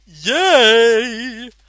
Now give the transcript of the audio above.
yay